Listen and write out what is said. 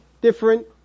different